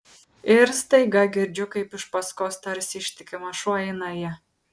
ir staiga girdžiu kaip iš paskos tarsi ištikimas šuo eina ji